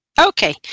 Okay